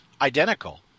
identical